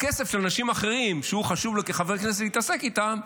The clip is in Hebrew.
הכסף של אנשים אחרים שחשוב לו כחבר כנסת להתעסק איתו,